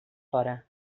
fora